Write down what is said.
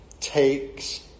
takes